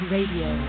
Radio